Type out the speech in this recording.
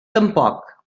tampoc